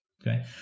Okay